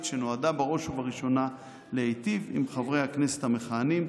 שנועדה בראש ובראשונה להיטיב עם חברי הכנסת המכהנים.